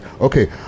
Okay